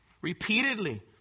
repeatedly